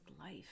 life